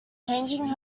changing